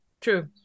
True